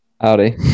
Howdy